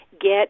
Get